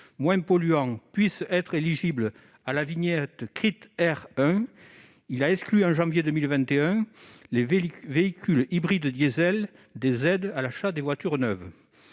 moins polluants puissent être éligibles à la vignette Crit'Air 1, il a exclu en janvier 2021 les véhicules hybrides diesel des aides à l'achat des voitures neuves.